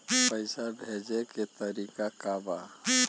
पैसा भेजे के तरीका का बा?